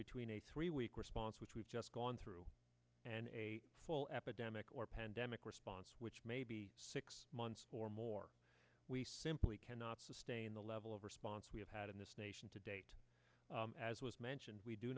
between a three week response which we've just gone through and a full epidemic or pandemic response which may be six months or more we simply cannot sustain the level of response we have had in this nation to date as was mentioned we do